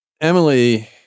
Emily